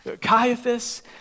Caiaphas